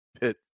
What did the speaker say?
Pit